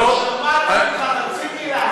לא שמעתי ממך חצי מילה.